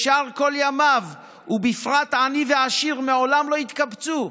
אפשר כל ימיו, ובפרט עני ועשיר מעולם לא יתקבצו.